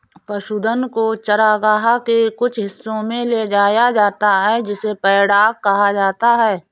पशुधन को चरागाह के कुछ हिस्सों में ले जाया जाता है जिसे पैडॉक कहा जाता है